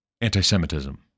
anti-Semitism